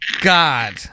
god